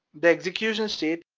the execution state,